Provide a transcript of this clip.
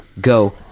go